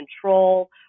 control